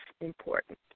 important